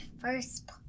first